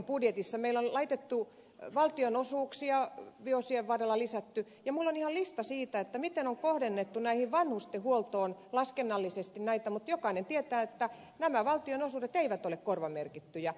meillä on valtionosuuksia vuosien varrella lisätty ja minulla on ihan lista siitä miten niitä on kohdennettu vanhustenhuoltoon laskennallisesti mutta jokainen tietää että nämä valtionosuudet eivät ole korvamerkittyjä